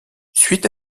suite